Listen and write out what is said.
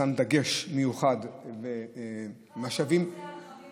ששם דגש מיוחד ומשאבים, כל נושא הרכבים